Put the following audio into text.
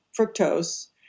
fructose